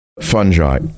fungi